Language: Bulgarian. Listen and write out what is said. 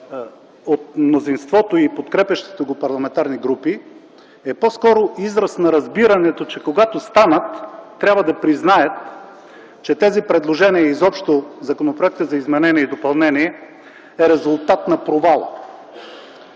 от мнозинството и подкрепящите ги парламентарни групи, по-скоро е израз на разбирането, че когато станат, трябва да признаят, че тези предложения и изобщо Законопроектът за изменение и допълнение е резултат на провал